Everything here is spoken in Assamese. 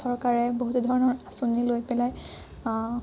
চৰকাৰে বহুতো ধৰণৰ আঁচনি লৈ পেলাই